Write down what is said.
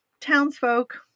townsfolk